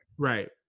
Right